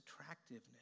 attractiveness